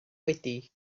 wedi